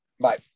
Bye